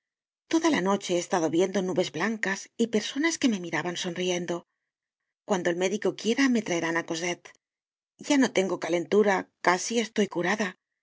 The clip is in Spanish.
toda la noche he estado viendo nubes blancas y personas que me miraban sonriendo cuando el médico quiera me traerán á cosette ya no tengo calentura casi estoy curada